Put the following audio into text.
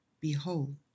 Behold